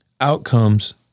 outcomes